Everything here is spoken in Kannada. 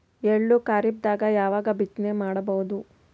ಎಳ್ಳು ಖರೀಪದಾಗ ಯಾವಗ ಬಿತ್ತನೆ ಮಾಡಬಹುದು?